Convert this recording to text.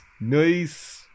Nice